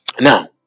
Now